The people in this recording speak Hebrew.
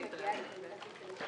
צהריים טובים.